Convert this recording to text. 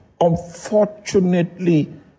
unfortunately